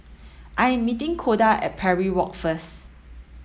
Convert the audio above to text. I am meeting Koda at Parry Walk first